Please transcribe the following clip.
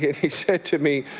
he said to me,